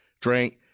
drank